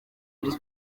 byo